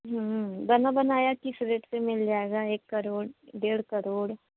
बना बनाया किस रेट पर मिल जाएगा एक करोड़ डेढ़ करोड़